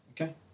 okay